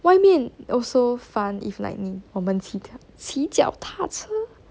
外面 also fun if like 你我们期待骑脚踏车